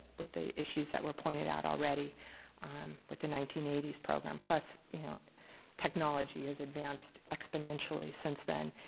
with the issues that were pointed out already with the nineteen eighty s program technology has advanced exponentially since then.